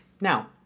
Now